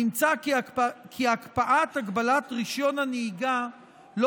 נמצא כי הקפאת הגבלת רישיון הנהיגה לא